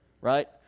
right